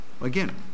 Again